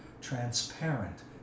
transparent